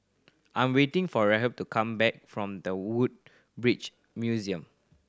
I'm waiting for Rhett to come back from The Woodbridge Museum